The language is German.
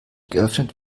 geöffnet